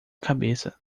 cabeça